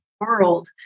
world